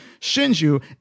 Shinju